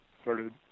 started